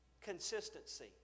Consistency